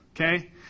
okay